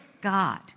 God